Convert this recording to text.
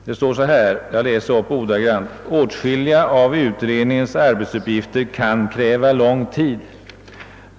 Där heter det: »Åtskilliga av utredningens arbetsuppgifter kan kräva lång tid.